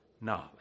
knowledge